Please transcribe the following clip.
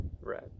red